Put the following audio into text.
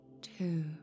two